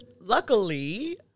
luckily